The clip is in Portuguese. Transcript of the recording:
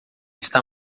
está